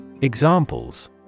Examples